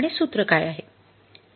आणि सूत्र काय आहे